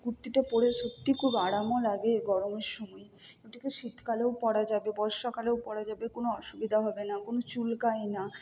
কুর্তিটা পরে সত্যি খুব আরামও লাগে গরমের সময় ওটাকে শীতকালেও পরা যাবে বর্ষাকালেও পরা যাবে কোনও অসুবিধা হবে না কোনও চুলকায় না